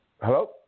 Hello